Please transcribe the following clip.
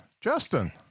Justin